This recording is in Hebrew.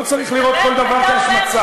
לא צריך לראות כל דבר כהשמצה.